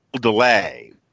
delay